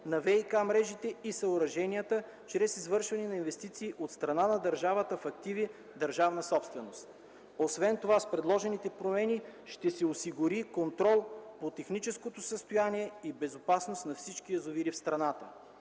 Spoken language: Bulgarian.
на ВиК мрежите и съоръженията чрез извършване на инвестиции от страна на държавата в активи – държавна собственост. Освен това с предложените промени ще се осигури контрол по техническото състояние и безопасност на всички язовири в страната.